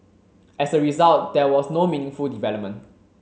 as a result there was no meaningful development